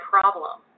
problem